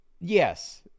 Yes